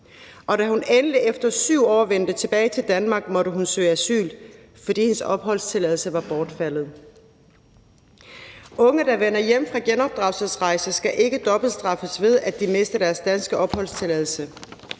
og da hun endelig efter 7 år vendte tilbage til Danmark, måtte hun søge asyl, fordi hendes opholdstilladelse var bortfaldet. Unge, der vender hjem fra genopdragelsesrejser, skal ikke dobbeltstraffes, ved at de mister deres danske opholdstilladelse.